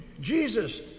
Jesus